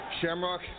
Shamrock